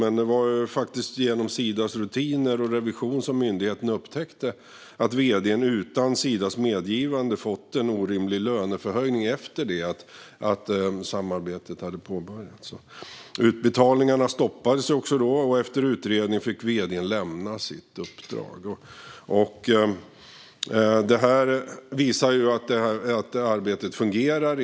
Men det var faktiskt genom Sidas rutiner och revision som myndigheten upptäckte att vd:n utan Sidas medgivande fått en orimlig löneförhöjning efter det att samarbetet hade påbörjats. Utbetalningarna stoppades då, och efter utredning fick vd:n lämna sitt uppdrag. Detta visar ju att arbetet fungerar.